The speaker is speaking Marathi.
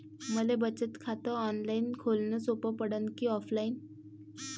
मले बचत खात ऑनलाईन खोलन सोपं पडन की ऑफलाईन?